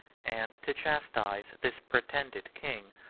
and to chastise this pretended king,